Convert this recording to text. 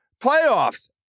playoffs